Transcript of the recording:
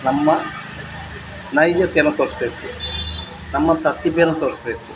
ನಮ್ಮ ನೈಜತೆಯನ್ನು ತೋರಿಸ್ಬೇಕು ನಮ್ಮ ಪ್ರತಿಭೆಯನ್ನು ತೋರಿಸ್ಬೇಕು